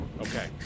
okay